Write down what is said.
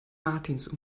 martins